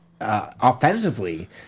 offensively